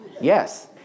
Yes